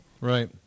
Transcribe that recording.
Right